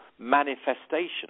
manifestation